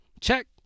check